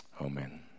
Amen